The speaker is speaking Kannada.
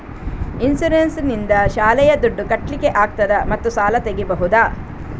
ಇನ್ಸೂರೆನ್ಸ್ ನಿಂದ ಶಾಲೆಯ ದುಡ್ದು ಕಟ್ಲಿಕ್ಕೆ ಆಗ್ತದಾ ಮತ್ತು ಸಾಲ ತೆಗಿಬಹುದಾ?